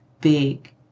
big